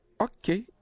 okay